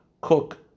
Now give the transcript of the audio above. cook